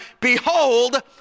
behold